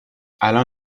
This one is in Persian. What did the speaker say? الان